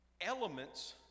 elements